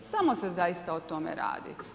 Samo se zaista o tome radi.